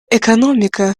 экономика